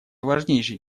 важнейшей